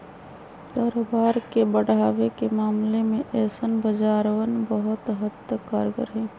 कारोबार के बढ़ावे के मामले में ऐसन बाजारवन बहुत हद तक कारगर हई